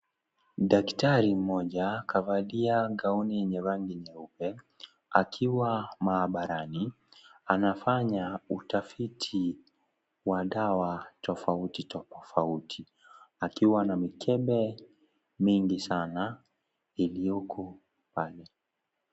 Daktari mmoja kavalia gauni yenye rangi nyeupe akiwa maabarani. Anafanya utafiti wa dawa tofauti tofauti akiwa ana mikembe mingi sana iliyoko pale.